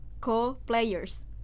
co-players